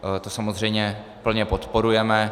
To samozřejmě plně podporujeme.